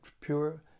pure